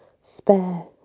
Spare